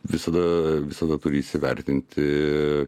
visada visada turi įsivertinti